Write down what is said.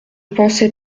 pensais